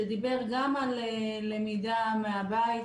שדיבר גם על למידה מהבית,